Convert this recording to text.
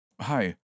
Hi